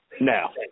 Now